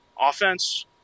offense